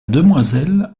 demoiselle